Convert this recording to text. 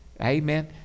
Amen